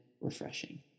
refreshing